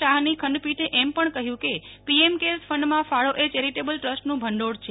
શાહની ખંડપીઠે એમ પણ કહ્યું કે પીએમ કેર્સ ફંડમાં ફાળો એ ચેરિટેબલ ટ્રસ્ટનું ભંડોળ છે